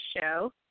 show